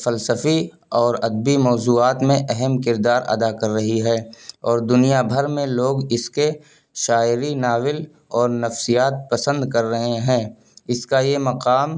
فلسفی اور ادبی موضوعات میں اہم کردار ادا کر رہی ہے اور دنیا بھر میں لوگ اس کے شاعری ناول اور نفسیات پسند کر رہے ہیں اس کا یہ مقام